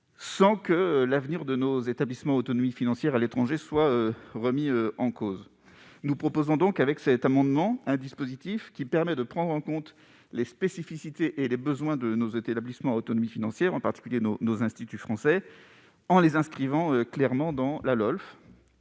sans que l'avenir de nos établissements à autonomie financière à l'étranger soit remis en cause. Nous vous proposons donc un dispositif permettant de prendre en compte les spécificités et les besoins de nos établissements à autonomie financière, en particulier de nos instituts français, en les inscrivant clairement dans la LOLF,